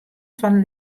fan